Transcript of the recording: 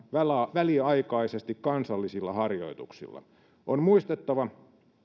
väliaikaisesti kansallisilla harjoituksilla on muistettava